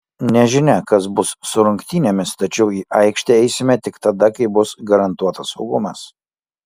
nežinia kas bus su rungtynėmis tačiau į aikštę eisime tik tada kai bus garantuotas saugumas